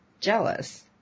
jealous